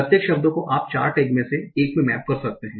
प्रत्येक शब्द को आप 4 टैग में से एक में मैप कर सकते हैं